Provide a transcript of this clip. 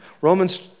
Romans